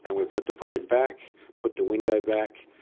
and we put the brain back, put the window back,